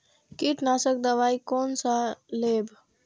कीट नाशक दवाई कोन सा लेब?